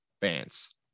fans